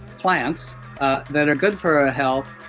plants that are good for our health,